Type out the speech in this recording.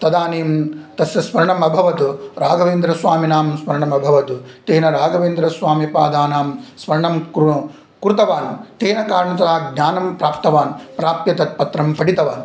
तदानीं तस्य स्मरणम् अभवत् राघवेन्द्रस्वामिनां स्मरणम् अभवत् तेन रागवेन्द्रस्वामिपादानां स्मरणं करु कृतवान् तेन कारणतः ज्ञानं प्राप्तवान् प्राप्य तत्पत्रं पठितवान्